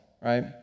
right